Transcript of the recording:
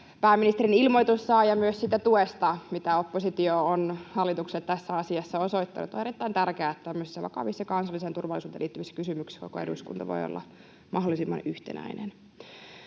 pääministerin ilmoitus saa, ja myös siihen tukeen, mitä oppositio on hallitukselle tässä asiassa osoittanut. On erittäin tärkeää, että tämmöisissä vakavissa kansalliseen turvallisuuteen liittyvissä kysymyksissä koko eduskunta voi olla mahdollisimman yhtenäinen.